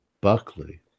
Buckley